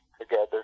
together